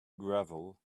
gravel